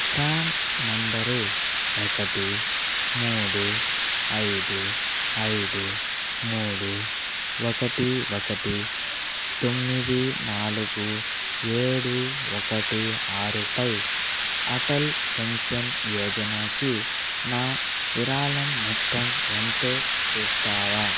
PRAN number ఒకటి మూడు ఐదు ఐదు మూడు ఒకటి ఒకటి తొమ్మిది నాలుగు ఏడు ఒకటి ఆరుపై అటల్ పెన్షన్ యోజనాకి నా విరాళం మొత్తం ఎంతో చూస్తావా